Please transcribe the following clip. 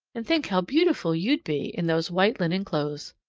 and think how beautiful you'd be in those white linen clothes!